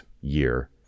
year